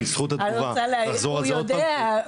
הוא שמע אז הוא הגיע,